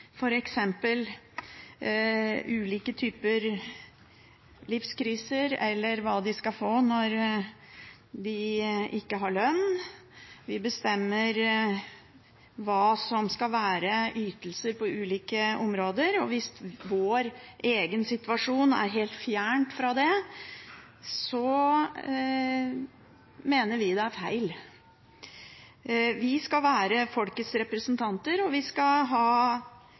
f.eks. ulike typer livskriser, eller hva de skal få når de ikke har lønn, og vi bestemmer hva som skal være ytelser på ulike områder – og hvis vår egen situasjon er helt fjern fra det, mener vi det er feil. Vi skal være folkets representanter, og vi skal ha